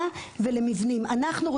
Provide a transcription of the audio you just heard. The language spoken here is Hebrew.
משרד הבריאות הוא הרגולטור.